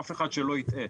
אף אחד שלא יטעה,